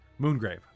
Moongrave